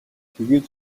тэгээд